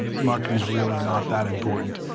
marketing's really not that important.